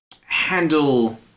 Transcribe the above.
handle